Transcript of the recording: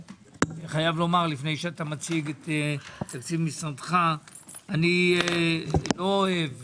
לפני שתציג את תקציב משרדך אני חייב לומר - אני לא אוהב,